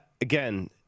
again